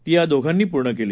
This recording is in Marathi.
ती या दोघांनी पूर्ण केली